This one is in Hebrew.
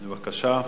בבקשה.